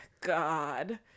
God